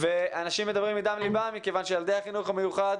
אנשים מדברים מדם ליבם מכיוון שילדי החינוך המיוחד,